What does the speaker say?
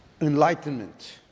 Enlightenment